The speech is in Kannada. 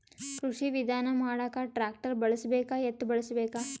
ಕೃಷಿ ವಿಧಾನ ಮಾಡಾಕ ಟ್ಟ್ರ್ಯಾಕ್ಟರ್ ಬಳಸಬೇಕ, ಎತ್ತು ಬಳಸಬೇಕ?